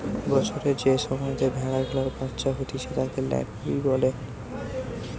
বছরের যে সময়তে ভেড়া গুলার বাচ্চা হতিছে তাকে ল্যাম্বিং বলে